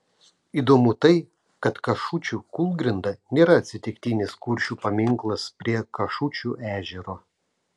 įdomu tai kad kašučių kūlgrinda nėra atsitiktinis kuršių paminklas prie kašučių ežero